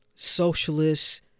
socialists